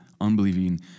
unbelieving